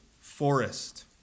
forest